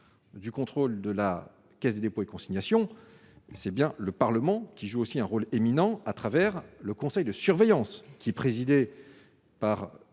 du contrôle de la Caisse des dépôts et consignations, c'est bien le Parlement qui joue aussi un rôle éminent à travers le conseil de surveillance qui, présidé par